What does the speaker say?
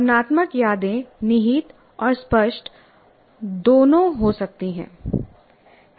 भावनात्मक यादें निहित और स्पष्ट दोनों हो सकती हैं